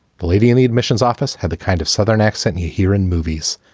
the lady in the admissions office had the kind of southern accent you hear in movies.